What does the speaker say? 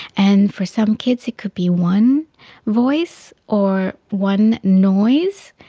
and for some kids it could be one voice or one noise,